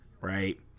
right